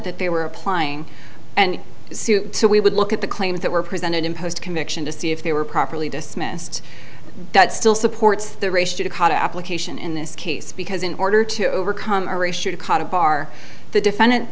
that they were applying and suit so we would look at the claims that were presented in post conviction to see if they were properly dismissed that still supports the race judicata application in this case because in order to overcome our race should caught a bar the defendant